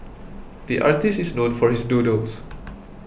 the artist is known for his doodles